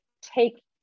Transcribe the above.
take